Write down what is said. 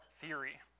theory